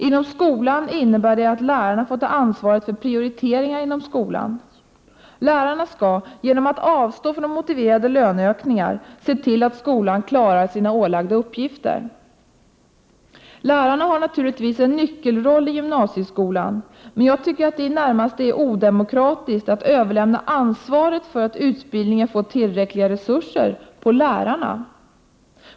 Inom skolan innebär det att lärarna får ta ansvaret för prioriteringar inom skolan. Lärarna skall, genom att avstå från motiverade löneökningar, se till att skolan klarar sina ålagda uppgifter. Lärarna har naturligtvis en nyckelroll i gymnasieskolan, men det är i det närmaste odemokratiskt att överlämna ansvaret för att utbildningen får tillräckliga resurser på lärarna.